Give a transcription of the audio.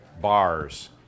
bars